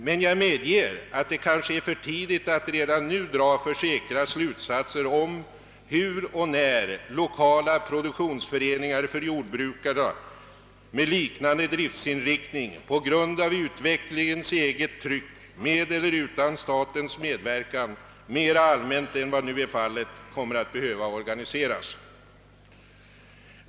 Jag medger emellertid att det kanske är för tidigt att redan nu försöka dra säkra slutsatser om hur och när lokala produktionsföreningar för jordbrukare med liknande driftsinriktning på grund av utvecklingens eget tryck eller med eller utan statens medverkan mera allmänt än nu är fallet kommer att behöva organiseras.